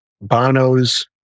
Bono's